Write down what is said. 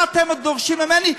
מה אתם דורשים ממני?